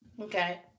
Okay